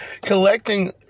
collecting